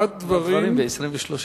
דברים ב-23.